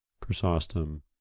Chrysostom